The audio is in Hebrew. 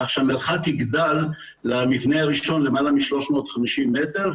כך שהמרחק מהמבנה הראשון יגדל למעלה מ-350 מטר,